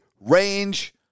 range